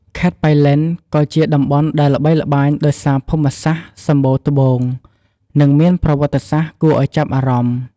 ខេត្តប៉ៃលិនក៍ជាតំបន់ដែលល្បីល្បាញដោយសារភូមិសាស្ត្រសម្បូរត្បូង និងមានប្រវត្តិសាស្រ្តគួរឲ្យចាប់អារម្មណ៍។